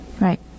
right